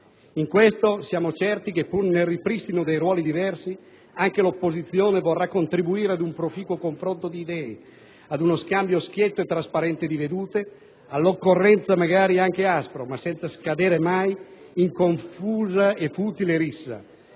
In questo, siamo certi che, pur nel ripristino dei ruoli diversi, anche l'opposizione vorrà contribuire ad un proficuo confronto di idee, ad uno scambio schietto e trasparente di vedute, all'occorrenza magari anche aspro, ma senza scadere mai in confusa e futile rissa,